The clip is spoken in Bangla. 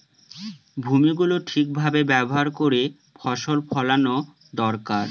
ভূমি গুলো ঠিক ভাবে ব্যবহার করে ফসল ফোলানো দরকার